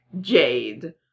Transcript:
jade